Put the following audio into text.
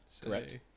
Correct